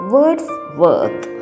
Wordsworth